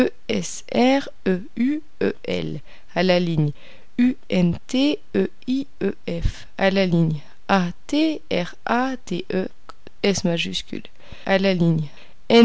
la ligne des